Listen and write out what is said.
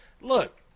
look